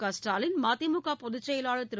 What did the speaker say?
கஸ்டாலின் மதிமுக பொதுச் செயலாளர் திரு